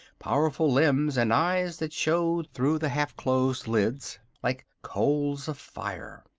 powerful limbs, and eyes that showed through the half closed lids like coals of fire.